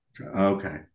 Okay